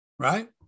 right